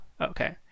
Okay